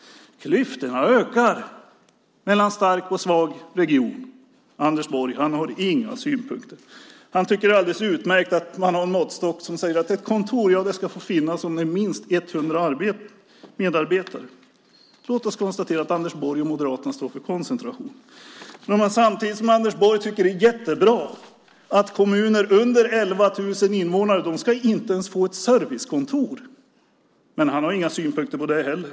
Klyftorna ökar mellan stark och svag region. Anders Borg har inga synpunkter. Han tycker att det är alldeles utmärkt att man har en måttstock som säger att ett kontor ska få finnas om det är minst 100 medarbetare. Låt oss konstatera att Anders Borg och Moderaterna står för koncentration. Anders Borg tycker att det är jättebra att kommuner med mindre än 11 000 invånare inte ens ska få ett servicekontor. Han har inga synpunkter på det heller.